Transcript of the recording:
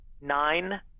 nine